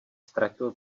ztratil